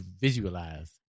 visualize